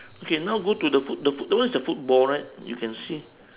okay now go to the foot the foot that one is a football right you can see